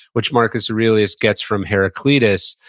which marcus really just gets from heraclitus.